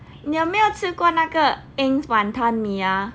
你有没有吃过那个 eng's wanton mee ah